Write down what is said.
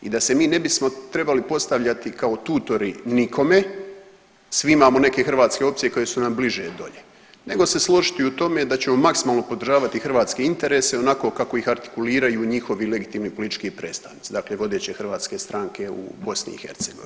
I da se mi ne bismo trebali postavljati kao tutori nikome, svi imamo neke hrvatske opcije koje su nam bliže dolje nego se složiti u tome da ćemo maksimalno podržavati hrvatske interese onako kako ih artikuliraju njihovi legitimni politički predstavnici, dakle vodeće hrvatske stranke u BiH.